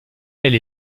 elle